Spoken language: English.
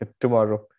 tomorrow